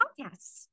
Podcasts